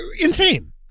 Insane